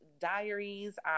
diaries